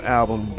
album